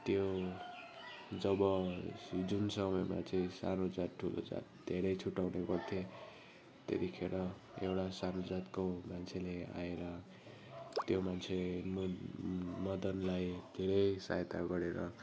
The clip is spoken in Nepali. त्यो जब जुन समयमा चाहिँ सानो जात ठुलो जात धेरै छुट्ट्याउने गर्थे त्यतिखेर एउटा सानो जातको मान्छेले आएर त्यो मान्छे म मदनलाई धेरै सहायता गरेर